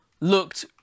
looked